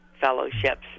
fellowships